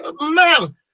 man